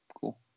cool